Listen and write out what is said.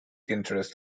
interest